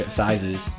sizes